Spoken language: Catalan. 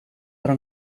però